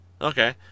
Okay